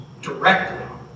directly